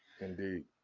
Indeed